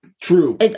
True